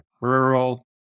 rural